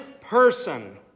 person